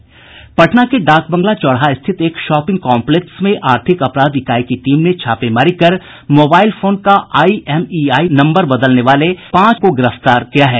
पटना के डाकबंगला चौराहा स्थित एक शॉपिंग कॉम्पलेक्स में आर्थिक अपराध इकाई की टीम ने छापेमारी कर मोबाईल फोन का आईएमईआई नम्बर बदलने वाले पांच दुकानदारों को गिरफ्तार किया है